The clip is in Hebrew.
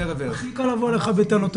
הכי קל לבוא אליך בטענות,